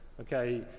okay